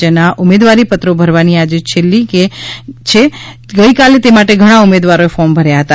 જેના ઉમેદવારીપત્રો ભરવાની આજે છેલ્લી છે ગઇકાલે તે માટે ઘણા ઉમેદવારોએ ફોર્મ ભર્યા હતા